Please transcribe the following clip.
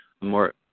more